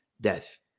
death